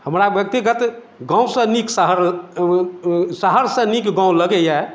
हमरा व्यक्तिगत गाँवसँ नीक शहर शहरसँ नीक गाँव लगैए